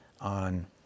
on